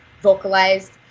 vocalized